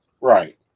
Right